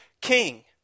king